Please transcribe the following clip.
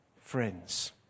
friends